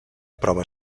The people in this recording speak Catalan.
prova